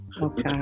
Okay